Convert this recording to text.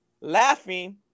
laughing